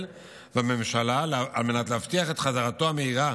והממשלה על מנת להבטיח את חזרתו המהירה